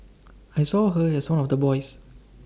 I saw her as one of the boys